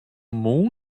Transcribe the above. moon